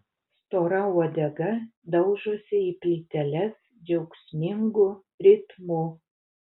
stora uodega daužosi į plyteles džiaugsmingu ritmu